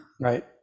Right